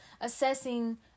Assessing